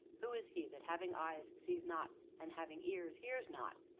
who is he that, having eyes, sees not, and having ears, hears not?